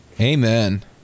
Amen